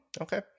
okay